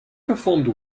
performed